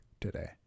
today